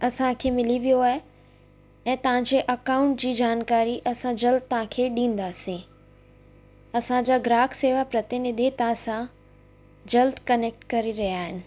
असांखे मिली वियो आहे ऐं तव्हांजे अकाउंट जी जानकारी असां जल्द तव्हांखे ॾींदासीं असांजा ग्राहक शेवा प्रतिनिधी तव्हांसां जल्द कनेक्ट करे रहिया आहिनि